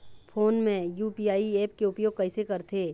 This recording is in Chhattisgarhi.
फोन मे यू.पी.आई ऐप के उपयोग कइसे करथे?